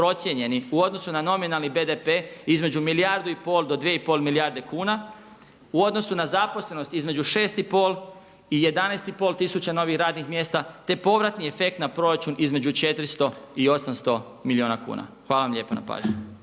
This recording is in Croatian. u odnosu na nominalni BDP između milijardu i pol do 2,5 milijarde kuna. U odnosu na zaposlenost između 6,5 i 11,5 tisuća novih radnih mjesta te povratni efekt na proračun između 400 i 800 milijuna kuna. Hvala vam lijepa na pažnji.